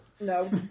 No